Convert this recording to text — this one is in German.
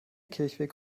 kirchweg